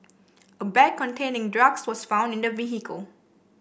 a bag containing drugs was found in the vehicle